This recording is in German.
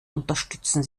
unterstützen